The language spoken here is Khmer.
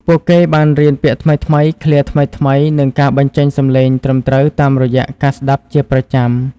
ពួកគេបានរៀនពាក្យថ្មីៗ ឃ្លាថ្មីៗ និងការបញ្ចេញសំឡេងត្រឹមត្រូវតាមរយៈការស្តាប់ជាប្រចាំ។